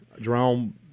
Jerome